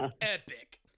epic